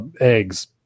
eggs